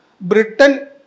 Britain